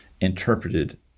interpreted